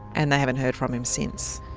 and they haven't heard from him since.